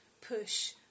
push